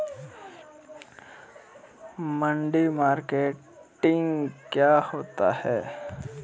मंडी मार्केटिंग क्या होता है?